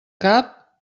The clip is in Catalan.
cap